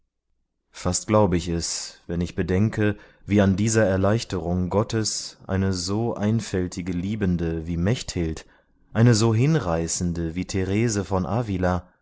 fast glaube ich es wenn ich bedenke wie an dieser erleichterung gottes eine so einfältige liebende wie mechthild eine so hinreißende wie therese von avila